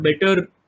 better